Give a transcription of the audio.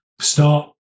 start